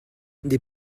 des